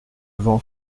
vent